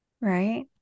right